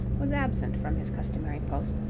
was absent from his customary post,